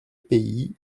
pays